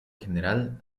general